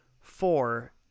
four